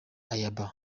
ayabba